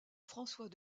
françois